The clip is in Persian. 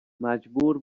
مجبور